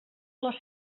les